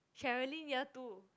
Sherilyn year two